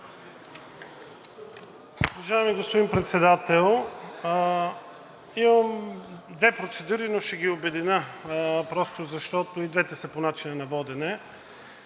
Уважаеми господин Председател, имам две процедури, но ще ги обединя просто защото и двете са по начина на водене.